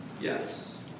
Yes